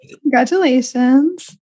Congratulations